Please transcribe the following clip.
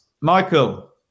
Michael